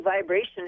vibration